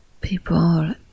people